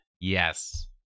Yes